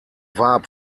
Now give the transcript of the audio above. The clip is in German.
warb